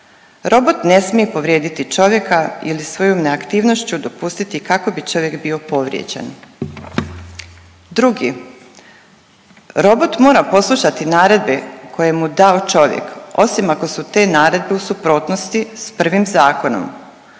robot ne smije povrijediti čovjeka ili svojom neaktivnošću dopustiti kako bi čovjek bio povrijeđen. Drugi, robot mora poslušati naredbe koje mu je dao čovjek, osim ako su te naredbe u suprotnosti s prvim zakonom.